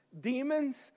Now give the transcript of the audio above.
demons